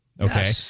okay